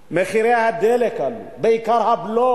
מחירי הדלק עלו, מעל 30%, בעיקר הבלו,